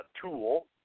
tool